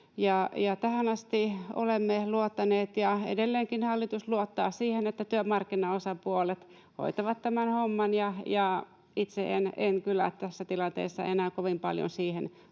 tähän asti olemme luottaneet ja edelleenkin hallitus luottaa siihen, että työmarkkinaosapuolet hoitavat tämän homman. Itse en kyllä tässä tilanteessa enää kovin paljon luota